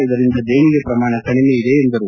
ಇದರಿಂದ ದೇಣಿಗೆ ಪ್ರಮಾಣ ಕಡಿಮೆ ಇದೆ ಎಂದರು